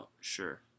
Sure